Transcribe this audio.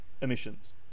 emissions